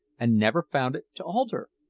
and never found it to alter.